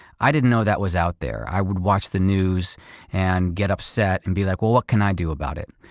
i didn't know that was out there. i would watch the news and get upset and be like, well what can i do about it?